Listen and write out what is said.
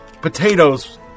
Potatoes